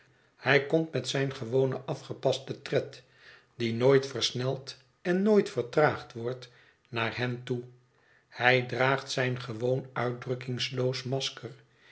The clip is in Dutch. hij komt mot zijn gewonen afgepasten tred die nooit versneld en nooit vertraagd wordt naar hen toe hij draagt zijn gewoon uitdrukkingloos masker